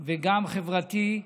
וגם חברתי,